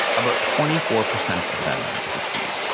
about twenty four percent of them succeed.